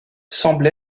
semble